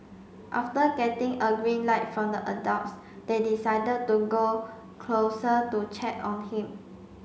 after getting a green light from the adults they decided to go closer to check on him